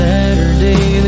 Saturday